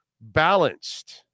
balanced